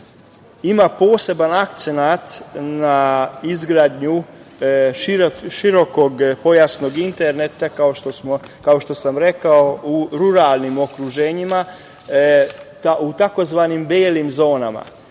ima poseban akcenat na izgradnju širokopojasnog interneta, kao što sam rekao, u ruralnim okruženjima, u tzv. belim zonama.